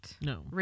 No